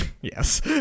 Yes